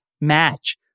match